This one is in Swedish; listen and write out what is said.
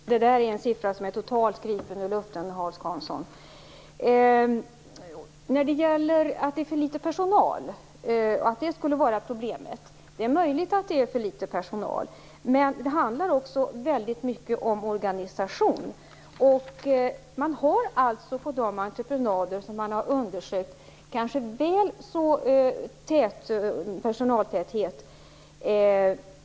Herr talman! Det där är en siffra som är totalt gripen ur luften, Hans Karlsson! Jag vill börja med detta att det skulle vara för litet personal, och att det skulle vara problemet. Det är möjligt att det är för litet personal, men det handlar också väldigt mycket om organisation. På de entreprenader man har undersökt, har man kanske väl så hög personaltäthet.